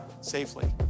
safely